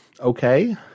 okay